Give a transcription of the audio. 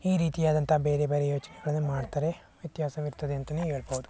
ಈ ರೀತಿಯಾದಂಥ ಬೇರೆ ಬೇರೆ ಯೋಚನೆಗಳನ್ನು ಮಾಡ್ತಾರೆ ವ್ಯತ್ಯಾಸವಿರ್ತದೆ ಅಂತಲೇ ಹೇಳ್ಬೋದು